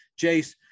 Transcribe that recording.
Jace